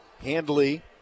Handley